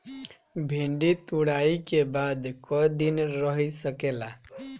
भिन्डी तुड़ायी के बाद क दिन रही सकेला?